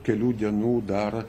kelių dienų dar